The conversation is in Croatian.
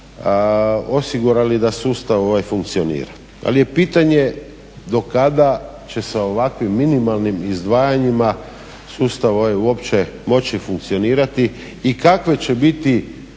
osigurali da sustav funkcionira. Ali je pitanje do kada će sa ovakvim minimalnim izdvajanjima sustav ovaj uopće moći funkcionirati i kakve će biti